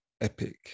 epic